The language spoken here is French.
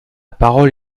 parole